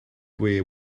gwe